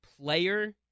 player